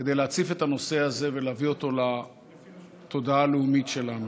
כדי להציף את הנושא הזה ולהביא אותו לתודעה הלאומית שלנו.